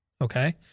Okay